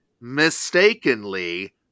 mistakenly